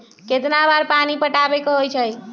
कितना बार पानी पटावे के होई छाई?